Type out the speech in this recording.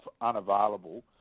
unavailable